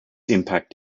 impact